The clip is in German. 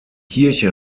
kirche